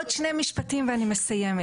עוד שני משפטים ואני מסיימת.